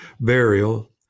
burial